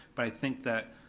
but i think that